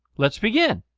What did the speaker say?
lets begin!